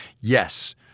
Yes